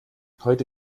heute